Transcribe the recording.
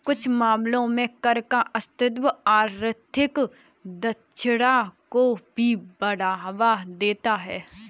कुछ मामलों में कर का अस्तित्व आर्थिक दक्षता को भी बढ़ावा देता है